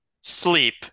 sleep